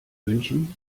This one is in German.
münchen